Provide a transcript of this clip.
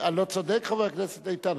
אני לא צודק, חבר הכנסת איתן?